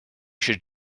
should